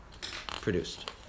produced